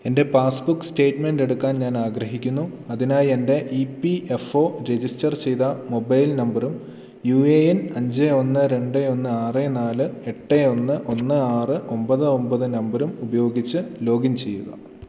എൻ്റെ passbook statement എടുക്കാൻ ഞാൻ ആഗ്രഹിക്കുന്നു അതിനായി എൻ്റെ E P F O register ചെയ്ത മൊബൈൽ നമ്പറും യു എ എൻ അഞ്ച് ഒന്ന് രണ്ട് ഒന്ന് ആറ് നാല് എട്ട് ഒന്ന് ഒന്ന് ആറ് ഒമ്പത് ഒമ്പത് നമ്പറും ഉപയോഗിച്ച് ലോഗിൻ ചെയ്യുക